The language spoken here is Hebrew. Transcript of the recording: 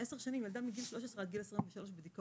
ילדה מגיל 13 עד גיל 23 בדיכאון.